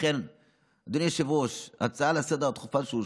אדוני היושב-ראש, ההצעה לסדר-היום הדחופה שאושרה,